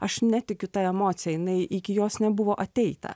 aš netikiu ta emocija jinai iki jos nebuvo ateita